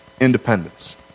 Independence